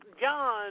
John